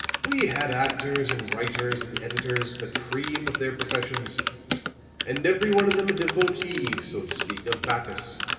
we had actors and writers and editors the cream of their professions and every one of them a devotee, so to speak, of bacchus.